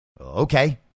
Okay